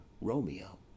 Romeo